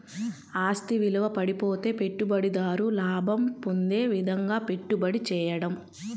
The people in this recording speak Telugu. ఆస్తి విలువ పడిపోతే పెట్టుబడిదారు లాభం పొందే విధంగాపెట్టుబడి చేయడం